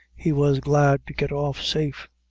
he was glad to get off safe.